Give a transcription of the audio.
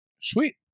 Sweet